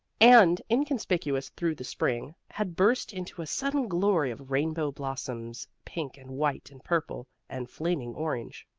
and inconspicuous through the spring, had burst into a sudden glory of rainbow blossoms pink and white and purple and flaming orange.